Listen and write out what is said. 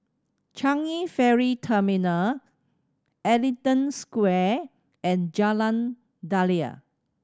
Changi Ferry Terminal Ellington Square and Jalan Daliah